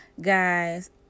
Guys